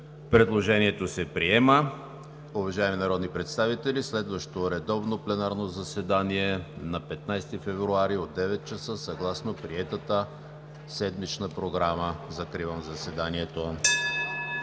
Предложението е прието.